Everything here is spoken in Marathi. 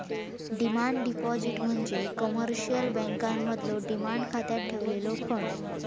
डिमांड डिपॉझिट म्हणजे कमर्शियल बँकांमधलो डिमांड खात्यात ठेवलेलो फंड